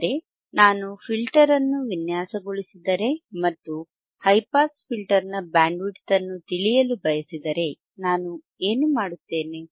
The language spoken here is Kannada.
ಅಂದರೆ ನಾನು ಫಿಲ್ಟರ್ ಅನ್ನು ವಿನ್ಯಾಸಗೊಳಿಸಿದರೆ ಮತ್ತು ಹೈ ಪಾಸ್ ಫಿಲ್ಟರ್ನ ಬ್ಯಾಂಡ್ವಿಡ್ತ್ ಅನ್ನು ತಿಳಿಯಲು ಬಯಸಿದರೆ ನಾನು ಏನು ಮಾಡುತ್ತೇನೆ